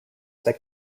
that